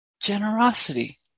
generosity